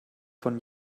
von